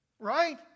Right